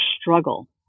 struggle